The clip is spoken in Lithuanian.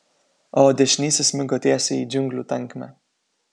o dešinysis smigo tiesiai į džiunglių tankmę